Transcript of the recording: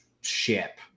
ship